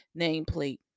nameplate